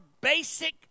basic